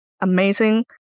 amazing